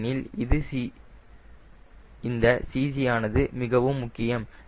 ஏனெனில் இந்த CG ஆனது மிகவும் முக்கியம்